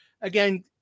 Again